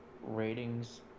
Ratings